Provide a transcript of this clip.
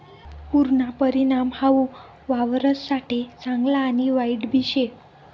पुरना परिणाम हाऊ वावरससाठे चांगला आणि वाईटबी शे